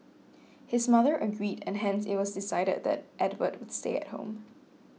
his mother agreed and hence it was decided that Edward would stay at home